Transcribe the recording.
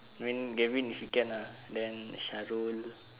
mean galvin if you can lah then sharul